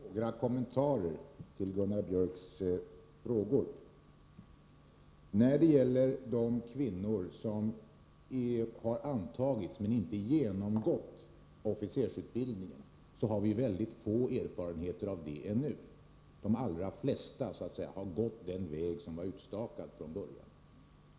Herr talman! Bara några kommentarer till Gunnar Biörcks i Värmdö frågor. När det gäller de kvinnor som har antagits till officersutbildning men inte genomgått den har vi ännu för liten erfarenhet. De allra flesta har gått den väg som så att säga var utstakad från början.